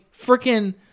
freaking